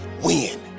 win